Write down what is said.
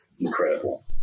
incredible